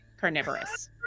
carnivorous